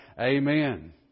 amen